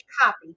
copy